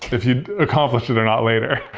if you accomplish it or not later.